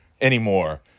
anymore